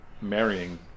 marrying